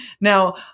Now